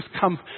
come